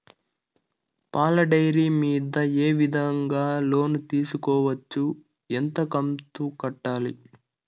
పాల డైరీ మీద ఏ విధంగా లోను తీసుకోవచ్చు? ఎంత కంతు కట్టాలి?